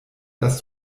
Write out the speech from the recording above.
dass